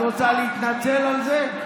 את רוצה להתנצל על זה?